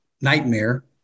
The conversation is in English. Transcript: nightmare